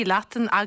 Latin